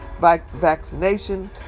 vaccination